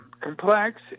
complex